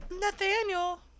Nathaniel